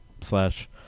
slash